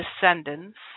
descendants